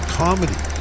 comedy